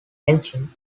etching